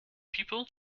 people